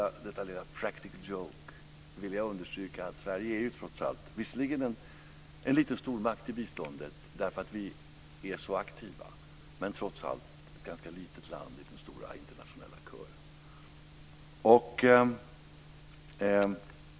Med detta lilla practical joke ville jag understryka att Sverige visserligen är en liten stormakt när det gäller bistånd, därför att vi är så aktiva, men trots allt ett ganska litet land i den stora internationella kören.